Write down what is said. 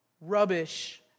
Rubbish